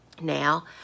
Now